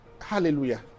Hallelujah